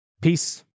Peace